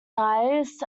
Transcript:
tires